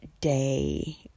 day